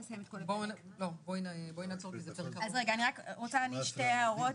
אני רק רוצה להגיד שתי הערות,